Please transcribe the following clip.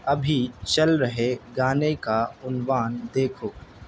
ابھی چل رہے گانے کا عنوان دیکھو